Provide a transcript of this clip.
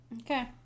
Okay